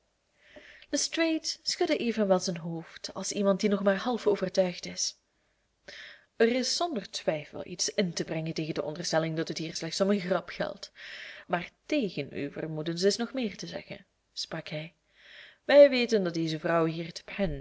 lestrade schudde evenwel zijn hoofd als iemand die nog maar half overtuigd is er is zonder twijfel iets in te brengen tegen de onderstelling dat het hier slechts een grap geldt maar tegen uw vermoedens is nog meer te zeggen sprak hij wij weten dat deze vrouw hier